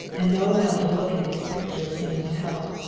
and no amount of looking at his picture seemed to help.